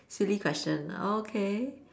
silly question ah okay